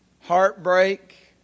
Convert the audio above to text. heartbreak